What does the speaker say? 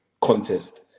contest